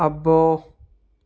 అబ్బో